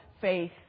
faith